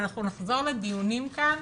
אנחנו נחזור לדיונים כאן